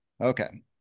Okay